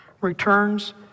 returns